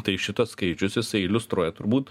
tai šitas skaičius jisai iliustruoja turbūt